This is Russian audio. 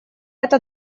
это